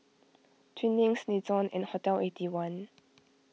Twinings Nixon and Hotel Eighty One